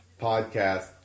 Podcast